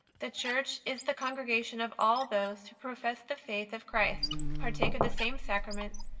the church is the congregation of all those who profess the faith of christ, partake of the same sacraments,